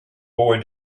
boy